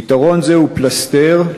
פתרון זה הוא פלסטר,